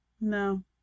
No